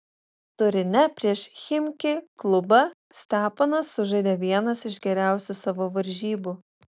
turine prieš chimki klubą steponas sužaidė vienas iš geriausių savo varžybų